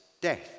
death